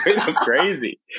crazy